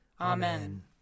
Amen